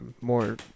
more